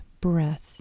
breath